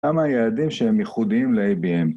‫מה היעדים שהם ייחודיים לabm?